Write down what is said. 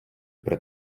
при